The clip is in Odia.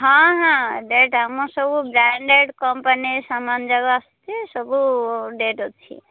ହଁ ହଁ ଡ଼େଟ୍ ଆମର ସବୁ ବ୍ରାଣ୍ଡେଡ଼୍ କମ୍ପାନୀ ସାମାନ୍ ଯାକ ଆସୁଛି ସବୁ ଡ଼େଟ୍ ଅଛି